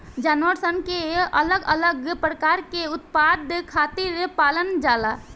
जानवर सन के अलग अलग प्रकार के उत्पाद खातिर पालल जाला